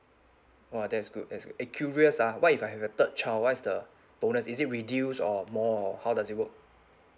!wah! that is good that is good eh curious ah what if I have a third child what is the bonus is it reduced or more or how does it work